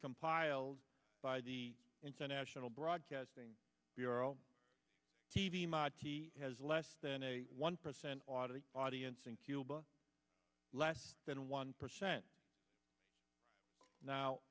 compiled by the international broadcasting bureau t v marti has less than a one percent water audience in cuba less than one percent now